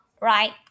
right